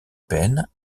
pen